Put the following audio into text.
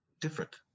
different